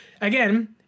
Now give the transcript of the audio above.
again